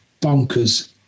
bonkers